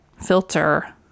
filter